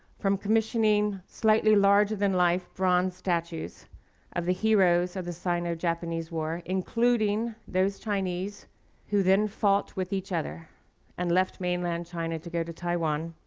from commissioning slightly larger than life bronze statues of the heroes of the sino-japanese war, including those chinese who then fought with each other and left mainland china to go to taiwan,